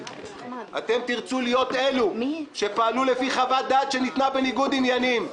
אתם תרצו להיות אלו שפעלו לפי חוות דעת שניתנה בניגוד עניינים.